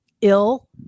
ill